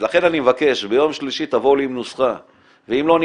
לכן אני מבקש שביום שלישי תבואו לי עם נוסחה ואם לא,